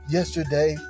Yesterday